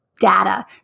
data